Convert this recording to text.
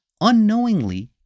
unknowingly